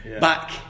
Back